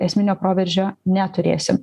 esminio proveržio neturėsim